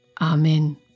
Amen